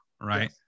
right